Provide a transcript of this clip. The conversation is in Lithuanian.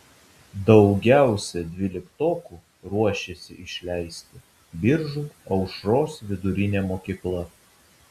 daugiausiai dvyliktokų ruošiasi išleisti biržų aušros vidurinė mokykla